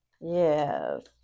Yes